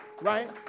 right